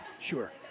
Sure